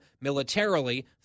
militarily